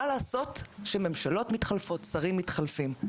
מה לעשות שממשלות מתחלפות, שרים מתחלפים.